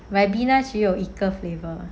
ribena 只有一个 flavour